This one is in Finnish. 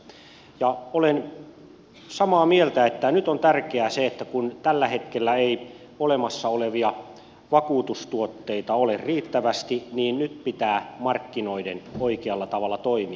olen samaa mieltä että nyt on tärkeää se että kun tällä hetkellä ei olemassa olevia vakuutustuotteita ole riittävästi niin nyt pitää markkinoiden oikealla tavalla toimia